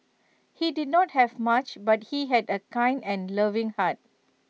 he did not have much but he had A kind and loving heart